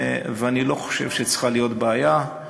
ואני לא חושב שצריכה להיות בעיה.